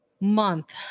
month